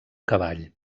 cavall